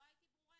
לא הייתי ברורה.